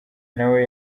nawe